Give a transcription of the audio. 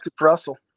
Russell